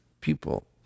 people